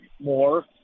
more